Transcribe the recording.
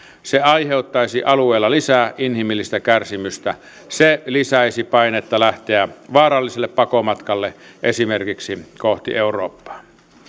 se aiheuttaisi alueella lisää inhimillistä kärsimystä se lisäisi painetta lähteä vaaralliselle pakomatkalle esimerkiksi kohti eurooppaa